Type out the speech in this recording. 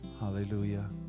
Hallelujah